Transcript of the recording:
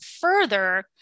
further